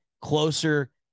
closer